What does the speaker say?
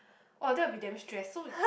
oh that would be damn stress so